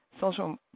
social